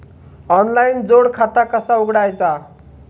Online जोड खाता कसा उघडायचा?